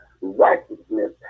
righteousness